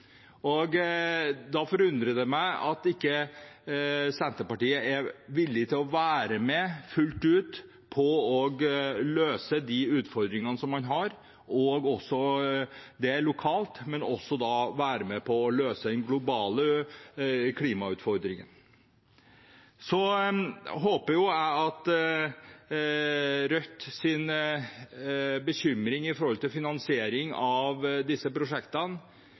meg at Senterpartiet ikke fullt ut er villig til å være med på å løse de utfordringene man har lokalt, men også være med på å løse den globale klimautfordringen. Til Rødts bekymring knyttet til finansiering av disse prosjektene: